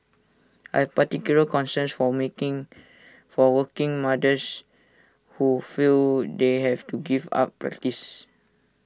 I particular concerns for making for working mothers who feel they have to give up practice